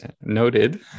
noted